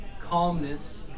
calmness